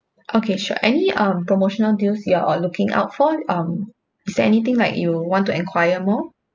okay sure any um promotional deals you are uh looking out for um is there anything like you want to enquire more